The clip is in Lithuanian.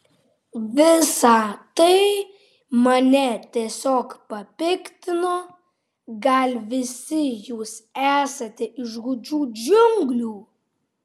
visa tai mane tiesiog papiktino gal visi jūs esate iš gūdžių džiunglių